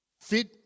fit